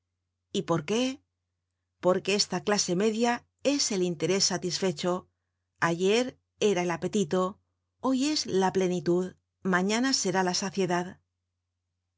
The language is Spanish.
y por qué porque esta clase media es el interés satisfecho ayer era el apetito hoyes la plenitud mañana será la saciedad